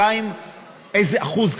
2. איזה אחוז,